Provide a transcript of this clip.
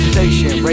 Station